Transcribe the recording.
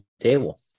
table